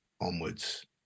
onwards